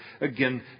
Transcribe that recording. again